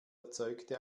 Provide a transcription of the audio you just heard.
erzeugte